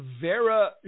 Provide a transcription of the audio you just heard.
Vera